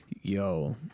Yo